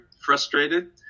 frustrated